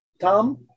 Tom